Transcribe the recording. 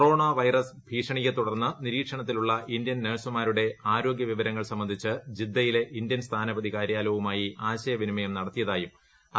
corona virus ഭീഷണിയെത്തുടർന്ന് നിരീക്ഷണത്തിലുള്ള Indian നഴ്സുമാരുടെ ആരോഗ്യ വിവരങ്ങൾ സംബന്ധിച്ച് ജിദ്ദയിലെ ഇന്ത്യൻ സ്ഥാനപതി കാര്യാലയവുമായി ആശയവിനിമയം നടത്തിയതായും അദ്ദേഹം വ്യക്തമാക്കി